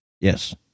Yes